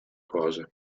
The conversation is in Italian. cose